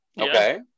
Okay